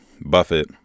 Buffett